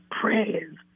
prayers